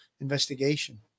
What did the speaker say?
investigation